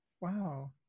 Wow